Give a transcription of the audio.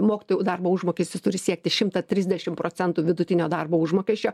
mokytojų darbo užmokestis turi siekti šimtą trisdešimt procentų vidutinio darbo užmokesčio